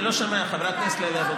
אני לא שומע, חברת הכנסת לוי אבקסיס.